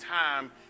time